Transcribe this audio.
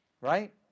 right